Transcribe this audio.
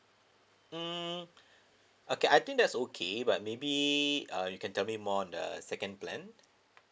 mm okay I think that's okay but maybe uh you can tell me more on the second plan